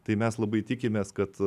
tai mes labai tikimės kad